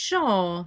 Sure